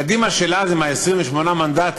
קדימה של אז, עם 28 מנדטים,